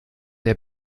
der